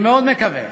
אני מאוד מקווה